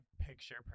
picture